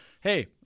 Hey